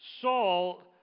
Saul